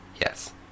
Yes